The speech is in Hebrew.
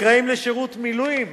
נקראים לשירות מילואים